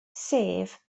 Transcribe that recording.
sef